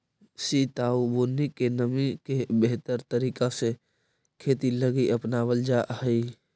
सित आउ बुन्नी के नमी के बेहतर तरीका से खेती लागी अपनाबल जा हई